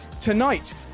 Tonight